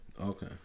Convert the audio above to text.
Okay